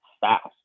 fast